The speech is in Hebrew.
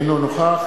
אינו נוכח